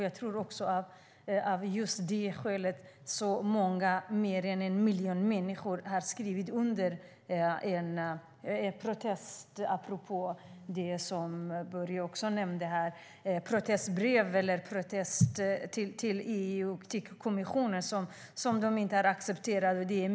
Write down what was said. Jag tror också, apropå det Börje nämnde, att det är av det skälet som många - mer än en miljon - människor har skrivit under en protest till EU-kommissionen om att de inte accepterar detta.